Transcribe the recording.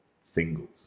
singles